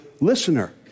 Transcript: listener